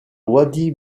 wadi